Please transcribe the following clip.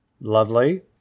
Lovely